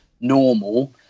normal